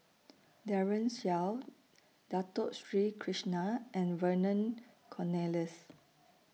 Daren Shiau Dato Sri Krishna and Vernon Cornelius